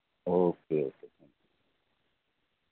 O K okay